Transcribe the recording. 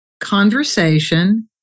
conversation